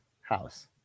house